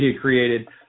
created –